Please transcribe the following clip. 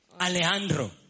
Alejandro